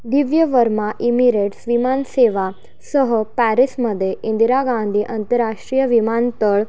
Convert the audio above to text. Divya Varma Emirates विमानसेवेसह पॅरिसमध्ये इंदिरा गांधी आंतरराष्ट्रीय विमानतळ